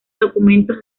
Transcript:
documento